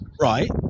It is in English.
right